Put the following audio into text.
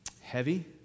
heavy